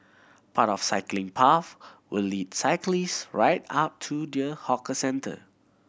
part of cycling path will lead cyclist right up to the hawker centre